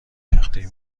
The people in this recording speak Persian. تخته